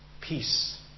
Peace